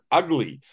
ugly